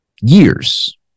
years